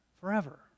forever